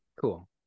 Cool